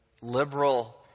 Liberal